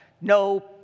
no